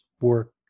work